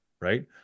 right